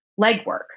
legwork